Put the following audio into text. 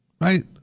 Right